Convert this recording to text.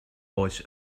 oes